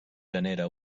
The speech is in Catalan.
genera